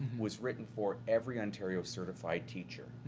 was written for every ontario certified teacher.